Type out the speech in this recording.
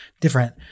different